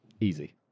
easy